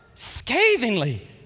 scathingly